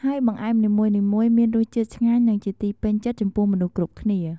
ហើយបង្អែមនីមួយៗ មានរសជាតិឆ្ងាញ់ និងជាទីពេញចិត្តចំពោះមនុស្សគ្រប់គ្នា។